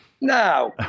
No